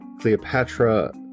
cleopatra